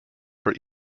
for